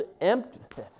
empty